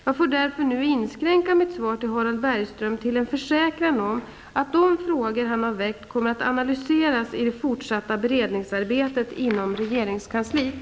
Jag får därför nu inskränka mitt svar till Harald Bergström till en försäkran om att de frågor han har väckt kommer att analyseras i det fortsatta beredningsarbetet inom regeringskansliet.